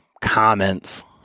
comments